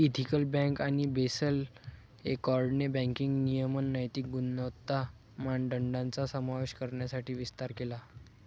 ethical bank आणि Basel एकॉर्डने banking नियमन नैतिक गुणवत्ता मानदंडांचा समावेश करण्यासाठी विस्तार केला